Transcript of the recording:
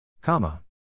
Comma